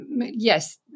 Yes